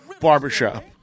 barbershop